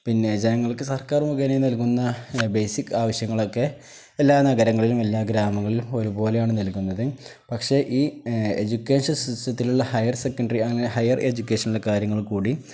പിന്നെ ജനങ്ങൾക്ക് സർക്കാർ മുഖേന നൽകുന്ന ബേസിക് ആവശ്യങ്ങളൊക്കെ എല്ലാ നഗരങ്ങളിലും എല്ലാ ഗ്രാമങ്ങളിലും ഒരുപോലെയാണ് നൽകുന്നത് പക്ഷേ ഈ എജ്യൂക്കേഷൻ സിസ്റ്റത്തിലുള്ള ഹയർ സെക്കൻണ്ടറി അങ്ങനെ ഹയർ എജ്യൂക്കേഷന കാര്യങ്ങൾ കൂടി